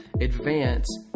ADVANCE